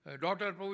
daughter